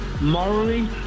morally